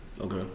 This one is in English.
Okay